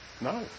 No